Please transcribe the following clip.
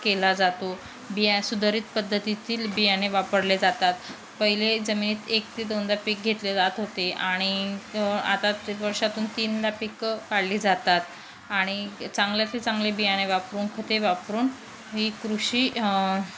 केला जातो बिया सुधारित पद्धतील बियाणे वापरले जातात पहिले जमिनीत एक ते दोनदा पीक घेतले जात होते आणि आता वर्षातून तीनदा पीक काढली जातात आणि चांगल्या ते चांगले बियाणे वापरून खते वापरून ही कृषी